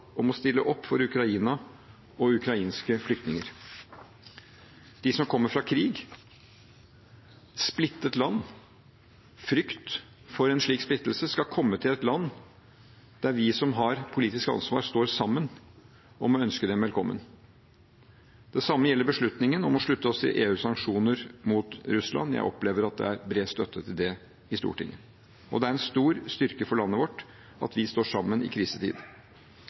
om å stille opp for Ukraina og ukrainske flyktninger. De som kommer fra krig og frykt for et splittet land, skal komme til et land der vi som har politisk ansvar, står sammen om å ønske dem velkommen. Det samme gjelder beslutningen om å slutte oss til EUs sanksjoner mot Russland – jeg opplever at det er bred støtte til det i Stortinget – og det er en stor styrke for landet vårt at vi står sammen i krisetid.